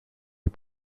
est